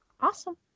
Awesome